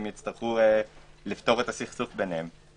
והם יצטרכו לפתור את הסכסוך ביניהם.